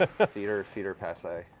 ah feet are feet are passe.